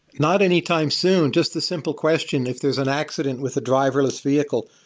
not anytime soon. just the simple question if there's an accident with the driverless vehicle,